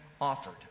offered